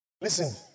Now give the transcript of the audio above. Listen